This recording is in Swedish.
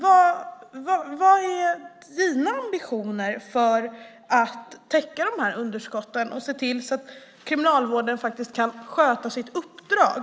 Vilka är ministerns ambitioner för att täcka underskotten och se till Kriminalvården kan sköta sitt uppdrag?